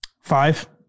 Five